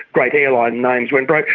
great airline names, went broke,